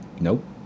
Nope